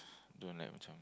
don't like macam